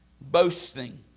Boasting